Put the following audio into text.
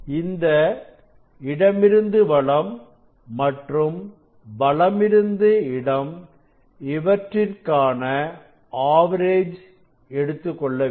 இந்த இடமிருந்து வலம் மற்றும் வலமிருந்து இடம் இவற்றிற்கான ஆவரேஜ் எடுத்துக்கொள்ளவேண்டும்